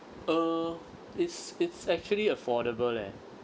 err it's it's actually affordable leh